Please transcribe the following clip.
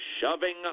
shoving